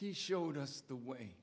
he showed us the way